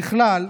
ככלל,